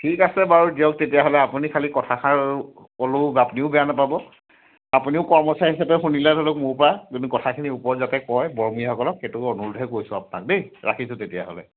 ঠিক আছে বাৰু দিয়ক তেতিয়াহ'লে আপুনি খালি কথাষাৰ ক'লেও আপুনিও বেয়া নেপাব আপুনিও কৰ্মচাৰী হিচাপে শুনিলে ধৰি লওক মোৰপৰা কিন্তু কথাখিনি ওপৰত যাতে কয় বৰমূৰীয়াসকলক সেইটোও অনুৰোধহে কৰিছোঁ আপোনাক দেই ৰাখিছোঁ তেতিয়াহ'লে